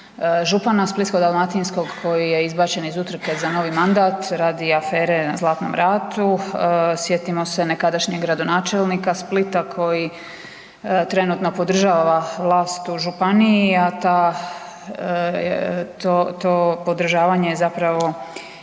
župana splitsko-dalmatinskog koji je izbačen iz utrke za novi mandat radi afere na Zlatnom ratu, sjetimo se nekadašnjeg gradonačelnika Splita koji trenutno podržava vlast u županiji a to podržavanja zapravo